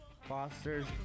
Fosters